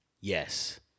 Yes